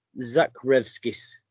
Zakrevskis